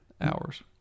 hours